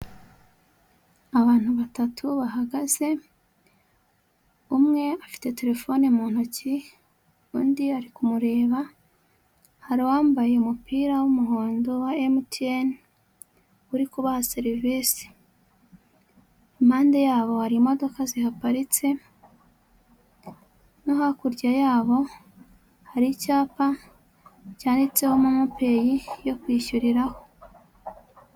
Abantu batatu bahagaze, umwe afite terefone mu ntoki, undi ari kumureba, hari uwambaye umupira w'umuhondo wa MTN, uri kubaha serivisi. Impande yabo hari imodoka zihaparitse no hakurya yabo hari icyapa cyanditseho momo peyi yo kwishyuriraho.